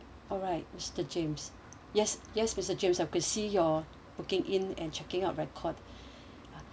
alright mister james yes yes mister james I could see your booking in and checking out record